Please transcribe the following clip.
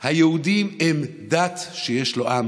היהודים הם דת שיש לה עם.